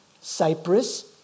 Cyprus